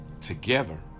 Together